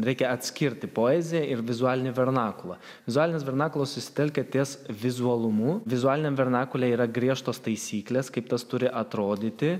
reikia atskirti poeziją ir vizualinį vernakulą vizualinis vernakulas susitelkia ties vizualumu vizualiniam vernakule yra griežtos taisyklės kaip tas turi atrodyti